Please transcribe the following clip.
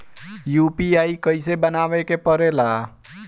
UPI कइसे बनावे के परेला?